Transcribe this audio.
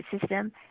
system